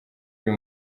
uyu